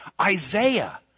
Isaiah